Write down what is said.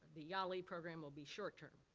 the yali program will be short-term.